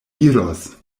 iros